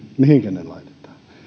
mihinkä ne laitetaan